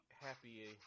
happy